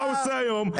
מה הוא עושה היום,